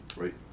right